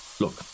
Look